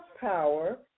power